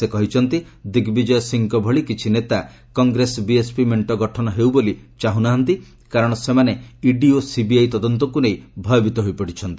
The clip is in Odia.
ସେ କହିଛନ୍ତି ଦିଗ୍ବିଜୟ ସିଂହଙ୍କ ଭଳି କିଛି ନେତା କଂଗ୍ରେସ ବିଏସ୍ପି ମେଙ୍କ ଗଠନ ହେଉବୋଲି ଚାହୁଁନାହାନ୍ତି କାରଣ ସେମାନେ ଇଡି ଓ ସିବିଆଇ ତଦନ୍ତକୁ ନେଇ ଭୟଭିତ ହୋଇପଡ଼ିଛନ୍ତି